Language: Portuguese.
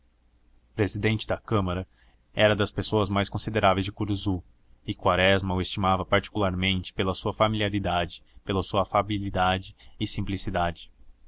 presidente da câmara era das pessoas mais consideráveis de curuzu e quaresma o estimava particularmente pela sua familiaridade pela sua afabilidade e simplicidade